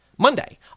Monday